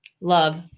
Love